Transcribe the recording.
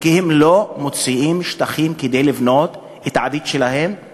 כי הם לא מוצאים שטחים כדי לבנות את הבית שלהם.